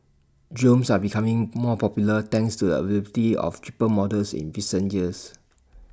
drones are becoming more popular thanks to the availability of cheaper models in recent years